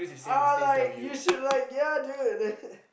uh like you should like ya dude